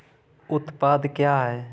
उत्पाद क्या होता है?